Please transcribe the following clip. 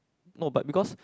no but because